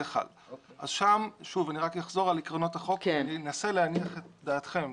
אני אחזור על עקרונות החוק ואנסה להניח את דעתכם.